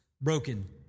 broken